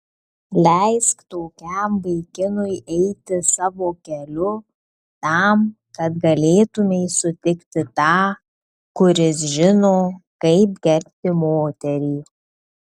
leisk tokiam vaikinui eiti savo keliu tam kad galėtumei sutikti tą kuris žino kaip gerbti moterį